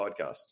Podcast